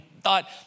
thought